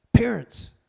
Parents